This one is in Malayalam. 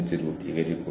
നിങ്ങൾ അവിടെ ഇല്ല